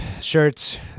shirts